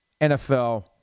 NFL